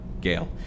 Gail